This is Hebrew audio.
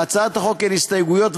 להצעת החוק אין הסתייגויות,